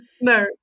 No